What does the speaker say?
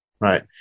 Right